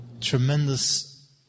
tremendous